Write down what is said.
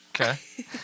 Okay